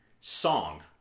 song